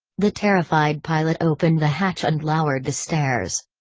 the terrified pilot opened the hatch and lowered the stairs.